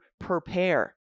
Prepare